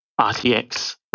rtx